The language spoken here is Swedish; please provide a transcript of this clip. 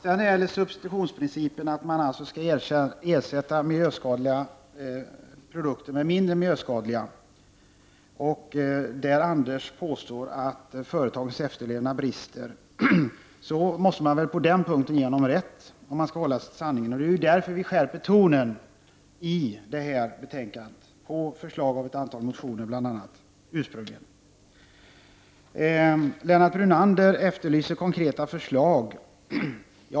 När det gäller substitutionsprincipen, att man skall ersätta miljöskadliga produkter med mindre miljöskadliga produkter, påstår Anders Nordin att det brister i företagens efterlevnad. På den punkten måste man ge honom rätt, om man skall hålla sig till sanningen. Det är därför vi skärper tonen i detta betänkande, bl.a. efter förslag ursprungligen i ett antal motioner. Lennart Brunander efterlyser konkreta förslag.